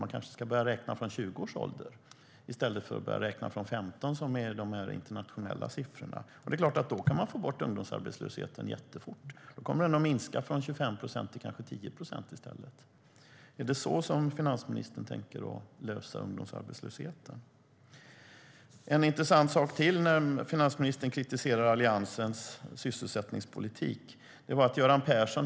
Man kanske ska börja räkna från 20 års ålder i stället för att börja räkna från 15 års ålder, som görs internationellt. Det är klart att man då kan få bort ungdomsarbetslösheten jättefort. Då kommer den att minska från 25 procent till kanske 10 procent i stället. Är det så finansministern tänker lösa ungdomsarbetslösheten? När finansministern kritiserar Alliansens sysselsättningspolitik kan jag nämna en annan intressant sak.